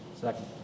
Second